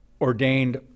ordained